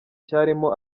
cyarimo